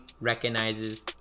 recognizes